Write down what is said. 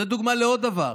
זו דוגמה לעוד דבר.